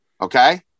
Okay